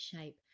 shape